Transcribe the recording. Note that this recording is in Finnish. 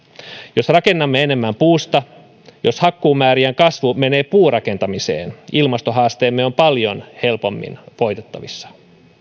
jos rakennamme enemmän puusta jos hakkuumäärien kasvu menee puurakentamiseen ilmastohaasteemme on paljon helpommin voitettavissa